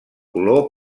color